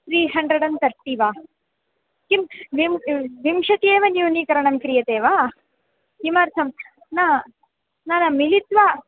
three hundred and thirty वा किं विंशतिः विंशतिः एव न्यूनीकरणं क्रियते वा किमर्थं न न न मिलित्वा